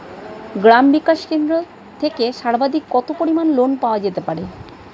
গ্রাম বিকাশ কেন্দ্র থেকে সর্বাধিক কত পরিমান লোন পাওয়া যেতে পারে?